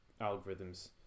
algorithms